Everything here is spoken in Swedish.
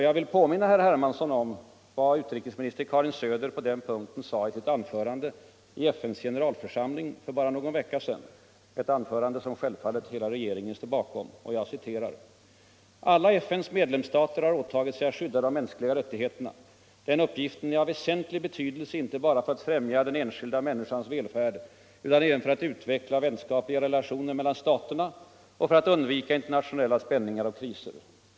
Jag vill påminna herr Hermansson om vad utrikesminister. Karin Söder sade på den punkten i sitt anförande i FN:s generalförsamling för bara någon vecka sedan - ett anförande som självfallet hela regeringen står bakom: ”Alla FN:s medlemsstater har åtagit sig att skydda de mänskliga rättigheterna. Denna uppgift är av väsentlig betydelse inte bara för att främja den enskilda människans välfärd utan även för att utveckla vänskapliga relationer mellan staterna och för att undvika internationella spänningar och kriser.